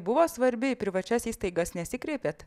buvo svarbi į privačias įstaigas nesikreipėt